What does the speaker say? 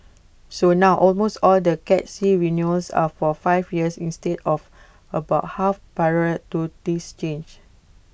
so now almost all the cat C renewals are for five years instead of about half prior to this change